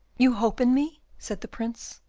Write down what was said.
you hope in me? said the prince.